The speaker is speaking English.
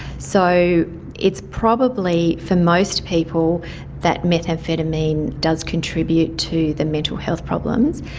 so it's probably for most people that methamphetamine does contribute to the mental health problems,